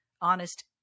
honest